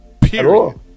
Period